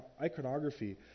iconography